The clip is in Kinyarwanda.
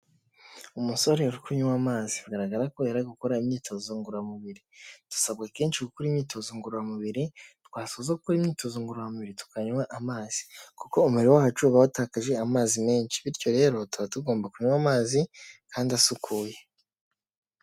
Umusore uri kunywa amazi bigaragara ko yari ari gukora imyitozo ngororamubiri. Dusabwa kenshi gukora imyitozo ngororamubiri, twasoza gukora imyitozo ngororamubiri tukanywa amazi kuko umubiri wacu uba watakaje amazi menshi bityo rero tuba tugomba kunywa amazi kandi asukuye.